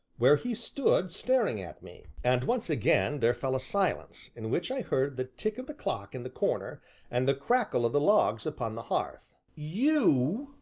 where he stood, staring at me. and once again there fell a silence, in which i heard the tick of the clock in the corner and the crackle of the logs upon the hearth. you?